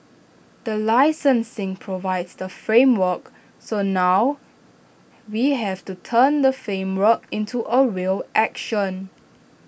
the licensing provides the framework so now we have to turn the framework into A real action